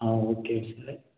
ஆ okay